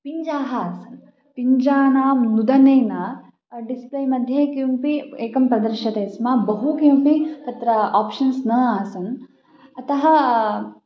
पिञ्जाः आसन् पिञ्जानां नुदनेन डिस्प्ले मध्ये किमपि एकं प्रदर्श्यते स्म बहु किमपि तत्र आप्षन्स् न आसन् अतः